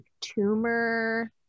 tumor